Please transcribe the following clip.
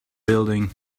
building